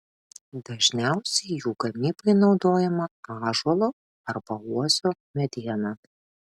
dažniausiai jų gamybai naudojama ąžuolo arba uosio mediena